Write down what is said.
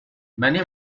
many